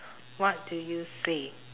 what do you say